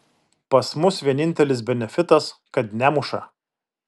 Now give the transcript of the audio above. pas mus vienintelis benefitas kad nemuša